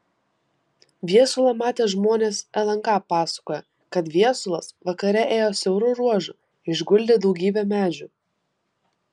viesulą matę žmonės lnk pasakojo kad viesulas vakare ėjo siauru ruožu išguldė daugybė medžių